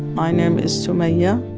my name is sumaia.